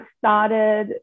started